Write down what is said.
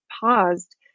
paused